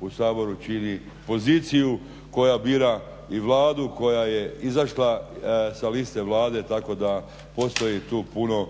u Saboru čini poziciju koja bira i Vladu, koja je izašla sa liste Vlade, tako da postoji tu puno